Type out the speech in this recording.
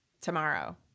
tomorrow